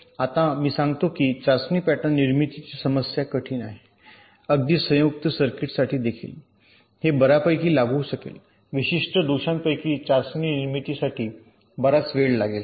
आता मी सांगते की चाचणी पॅटर्न निर्मितीची समस्या कठीण आहे अगदी संयुक्त सर्किट्ससाठी देखील हे बर्यापैकी लागू शकेल विशिष्ट दोषांसाठी चाचणी निर्मितीसाठी बराच वेळ लागेल